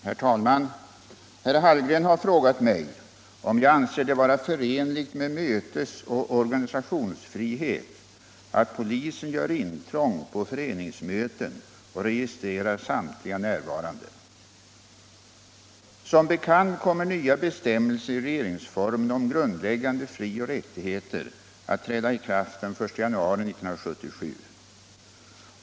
Herr talman! Herr Hallgren har frågat mig om jag anser det vara förenligt med mötesoch organisationsfriheten att polisen gör intrång på föreningsmöten och registrerar samtliga närvarande. Som bekant kommer nya bestämmelser i regeringsformen om grundläggande frioch rättigheter att träda i kraft den 1 januari 1977.